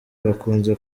bakunze